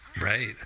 Right